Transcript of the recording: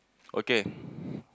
okay